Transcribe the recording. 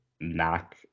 knock